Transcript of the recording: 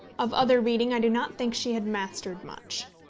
of other reading i do not think she had mastered much.